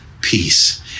peace